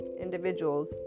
individuals